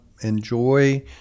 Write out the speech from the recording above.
enjoy